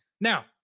Now